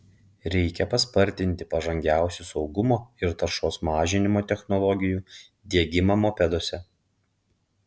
reikia paspartinti pažangiausių saugumo ir taršos mažinimo technologijų diegimą mopeduose